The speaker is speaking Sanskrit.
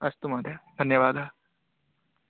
अस्तु महोदय धन्यवादः